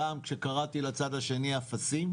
פעם, כשקראתי לצד השני "אפסים",